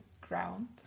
ground